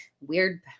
weird